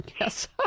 Yes